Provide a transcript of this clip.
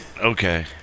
Okay